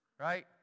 right